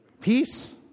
Peace